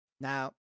Now